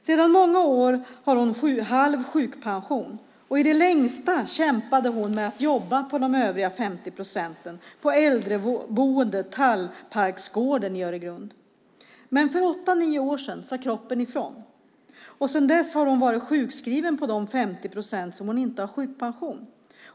Sedan många år har hon halv sjukpension. I det längsta kämpade hon med att jobba de övriga 50 procenten på äldreboendet Tallparksgården i Öregrund. Men för åtta nio år sedan sade kroppen ifrån. Sedan dess har hon varit sjukskriven på de 50 procent som hon inte har sjukpension.